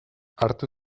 hartu